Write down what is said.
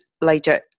later